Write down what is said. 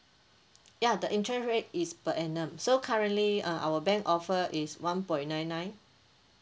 ya the interest rate is per annum so currently uh our bank offer is one point nine nine